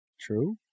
True